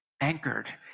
anchored